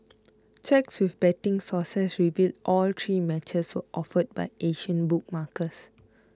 checks with betting sources revealed all three matches were offered by Asian bookmakers